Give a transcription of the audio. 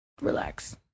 relax